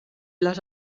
les